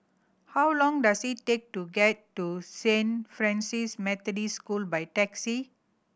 how long does it take to get to Saint Francis Methodist School by taxi